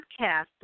podcast